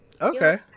Okay